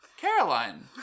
Caroline